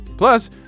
Plus